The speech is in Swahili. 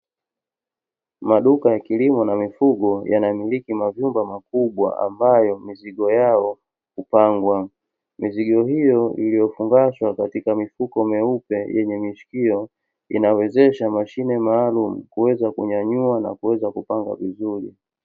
Maduka ya kilimo na mifugo yanamiliki mavyumba makubwa ambayo mizigo yao hupangwa. Mizigo hiyo iliyofungashwa katika mifuko myeupe yenye mishikio, inawezesha mashine maalumu kuweza kunyanyua na kuweza kupanga vizuri.